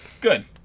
Good